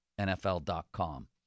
NFL.com